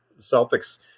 Celtics